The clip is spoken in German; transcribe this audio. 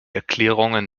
erklärungen